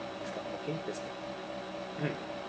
okay that's